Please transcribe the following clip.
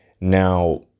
Now